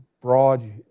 broad